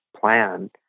plan